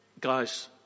Guys